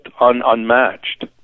unmatched